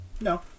No